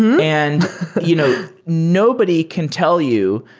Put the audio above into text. and you know nobody can tell you,